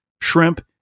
shrimp